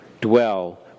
dwell